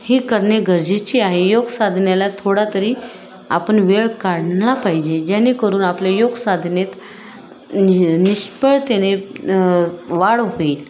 ही करणे गरजेची आहे योगसाधनेला थोडा तरी आपण वेळ काढला पाहिजे जेणेकरून आपले योगसाधनेत नि निष्फळतेने वाढ होईल